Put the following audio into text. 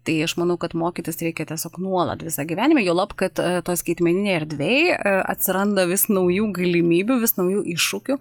tai aš manau kad mokytis reikia tiesiog nuolat visą gyvenimą juolab kad toj skaitmeninėj erdvėj atsiranda vis naujų galimybių vis naujų iššūkių